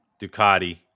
Ducati